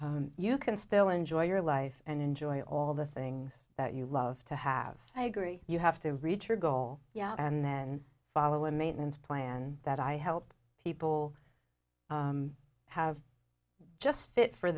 you can still enjoy your life and enjoy all the things that you love to have i agree you have to reach your goal and then follow a maintenance plan that i help people have just fit for